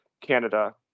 Canada